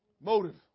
Motive